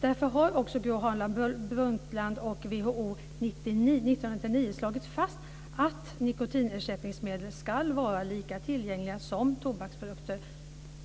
Därför har Gro Harlem Brundtland och WHO under 1999 slagit fast att nikotinersättningsmedel ska vara lika tillgängliga som tobaksprodukter,